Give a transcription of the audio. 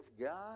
God